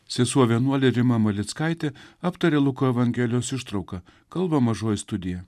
sesuo vienuolė rima malickaitė aptarė luko evangelijos ištrauką kalba mažoji studija